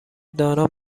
دانا